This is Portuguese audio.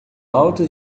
alto